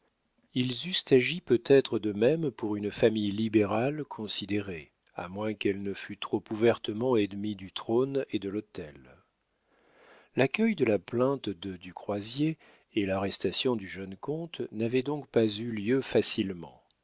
ils eussent agi peut-être de même pour une famille libérale considérée à moins qu'elle ne fût trop ouvertement ennemie du trône et de l'autel l'accueil de la plainte de du croisier et l'arrestation du jeune comte n'avaient donc pas eu lieu facilement